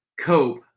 Cope